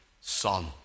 son